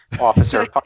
officer